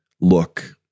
look